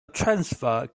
transfer